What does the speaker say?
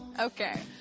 Okay